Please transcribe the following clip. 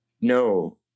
No